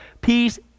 peace